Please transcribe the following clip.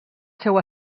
seu